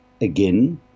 again